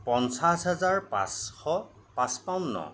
পঞ্চাছ হাজাৰ পাঁচশ পঁচপন্ন